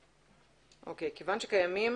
אוקיי, 'כיוון שקיימים